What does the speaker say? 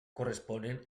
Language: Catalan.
corresponen